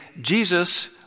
Jesus